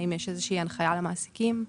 האם יש איזושהי הנחיה למעסיקים?